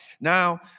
Now